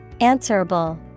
Answerable